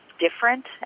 different